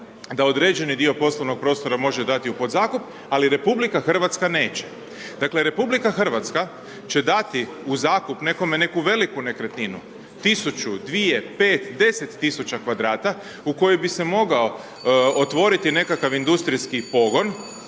da određeni dio poslovnog prostora može dati u podzakup, ali RH neće. Dakle, RH će dati u zakup nekome neku veliku nekretninu, 1000, 2000, 5000, 10000 m2 u koje bi se mogao otvoriti nekakav industrijski pogon,